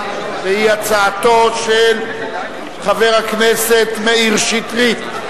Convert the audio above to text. והיא הצעתו של חבר הכנסת מאיר שטרית.